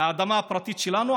האדמה הפרטית שלנו,